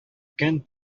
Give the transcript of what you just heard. көн